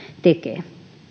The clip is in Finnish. tekee